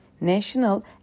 national